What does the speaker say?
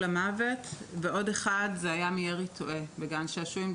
למוות; ועוד אחד היה מירי תועה בגן שעשועים,